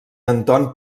anton